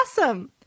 awesome